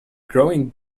growing